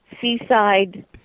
seaside